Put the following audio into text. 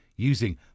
Using